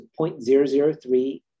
0.003